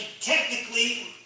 technically